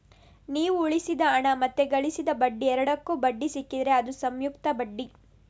ನೀವು ಉಳಿಸಿದ ಹಣ ಮತ್ತೆ ಗಳಿಸಿದ ಬಡ್ಡಿ ಎರಡಕ್ಕೂ ಬಡ್ಡಿ ಸಿಕ್ಕಿದ್ರೆ ಅದು ಸಂಯುಕ್ತ ಬಡ್ಡಿ